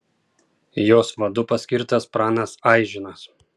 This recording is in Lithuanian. jos vadu paskirtas pranas aižinas